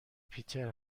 پیتر